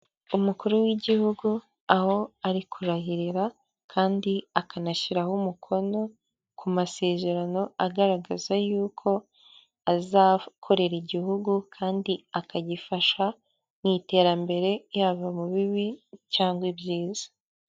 Umukuru w'igihugu aho ari kurahirira kandi akanashyiraho umukono ku masezerano agaragaza yuko azakorera igihugu kandi akagifasha mu iterambere yaba mu bibi cyangwa ibyiza.